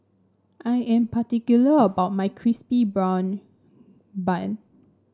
I am particular about my crispy brown bun